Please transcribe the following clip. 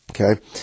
Okay